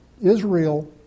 Israel